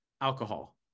Alcohol